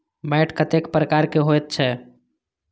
मैंट कतेक प्रकार के होयत छै?